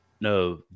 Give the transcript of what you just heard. No